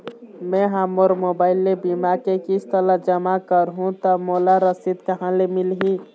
मैं हा मोर मोबाइल ले बीमा के किस्त ला जमा कर हु ता मोला रसीद कहां ले मिल ही?